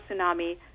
tsunami